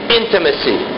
intimacy